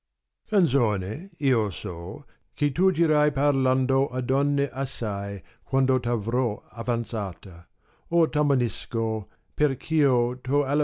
canzone io so che tu girai parlando a donne assai quando t'avrò avanzata or t